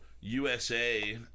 USA